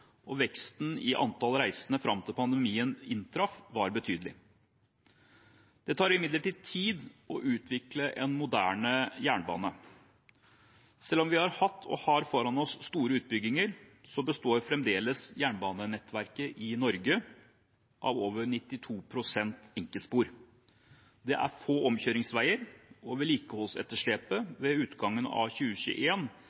og veksten i antall reisende fram til pandemien inntraff, var betydelig. Det tar imidlertid tid å utvikle en moderne jernbane. Selv om vi har hatt, og har foran oss, store utbygginger, består fremdeles jernbanenettverket i Norge av over 92 pst. enkeltspor. Det er få omkjøringsveier, og